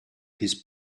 his